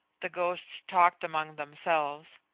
the ghosts talked among themselves,